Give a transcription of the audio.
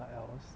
what else